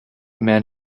men